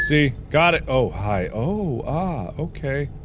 see. got it! oh hi, ohh, ahh, okay